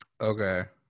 Okay